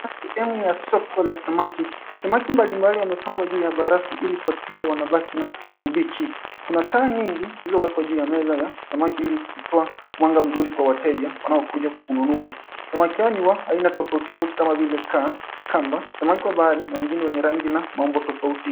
Sehemu ya soko la samaki. Samaki mbalimbali wamepangwa juu ya barafu ili kuhakikisha wanabaki na ubichi. Kuna taa nyingi zilizowekwa juu ya meza ya samaki ili kutoa mwanga mzuri kwa wateja wanaokuja kukununua. Samaki hawa ni wa aina tofauti tofauti kama vile kaa, kamba, samaki wa bahari na wengine wenye rangi na maumbo tofauti.